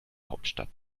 hauptstadt